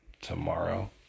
tomorrow